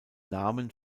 namen